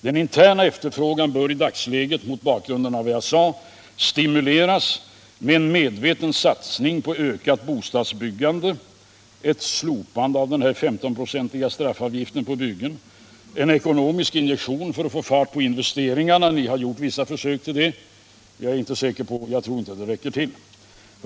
Den interna efterfrågan bör i dagsläget, mot bakgrund av vad jag sade, stimuleras med en medveten satsning på ökat bostadsbyggande, ett slopande av den 15-procentiga straffavgiften på byggen och en ekonomisk injektion för att få fart på investeringarna. Ni har gjort vissa försök till det, men jag tror inte att det räcker till.